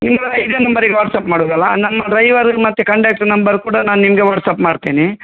ಇದೆ ನಂಬರಿಗೆ ವಾಟ್ಸ್ಆ್ಯಪ್ ಮಾಡೋದಲ್ಲ ನಮ್ಮ ಡ್ರೈವರ್ ಮತ್ತು ಕಂಡಕ್ಟ್ರ್ ನಂಬರ್ ಕೂಡ ನಾ ನಿಮಗೆ ವಾಟ್ಸ್ಆ್ಯಪ್ ಮಾಡ್ತೇನೆ